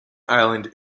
island